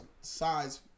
size